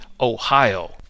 Ohio